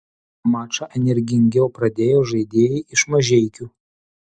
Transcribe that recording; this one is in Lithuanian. mačą energingiau pradėjo žaidėjai iš mažeikių